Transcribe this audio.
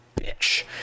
bitch